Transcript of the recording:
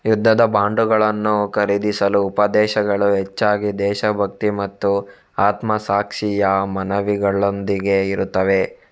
ಯುದ್ಧದ ಬಾಂಡುಗಳನ್ನು ಖರೀದಿಸಲು ಉಪದೇಶಗಳು ಹೆಚ್ಚಾಗಿ ದೇಶಭಕ್ತಿ ಮತ್ತು ಆತ್ಮಸಾಕ್ಷಿಯ ಮನವಿಗಳೊಂದಿಗೆ ಇರುತ್ತವೆ